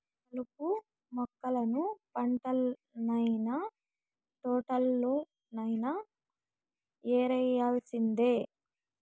కలుపు మొక్కలను పంటల్లనైన, తోటల్లోనైన యేరేయాల్సిందే